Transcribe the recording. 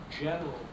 general